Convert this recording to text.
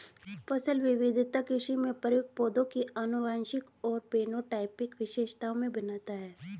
फसल विविधता कृषि में प्रयुक्त पौधों की आनुवंशिक और फेनोटाइपिक विशेषताओं में भिन्नता है